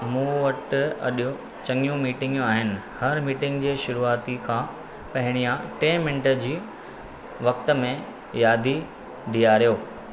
मूं वटि अॼु चंङियूं मीटिंगूं आहिनि हर मीटिंग जे शुरूआति खां पहिरियां टे मिन्टनि जे वक़्ति में यादि ॾियारियो